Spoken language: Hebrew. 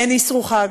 אין אסרו חג,